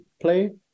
play